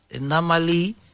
normally